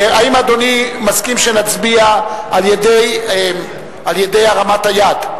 האם אדוני מסכים שנצביע על-ידי הרמת היד?